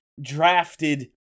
drafted